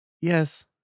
Yes